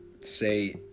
say